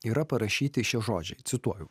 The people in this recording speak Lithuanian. yra parašyti šie žodžiai cituoju